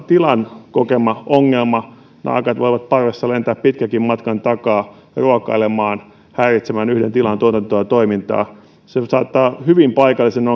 tilan kokema ongelma naakat voivat parvessa lentää pitkänkin matkan takaa ruokailemaan häiritsemään yhden tilan tuotantoa ja toimintaa se saattaa aiheuttaa hyvin paikallisen